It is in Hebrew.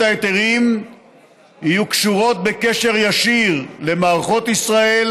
ההיתרים יהיו קשורות בקשר ישיר למערכות ישראל,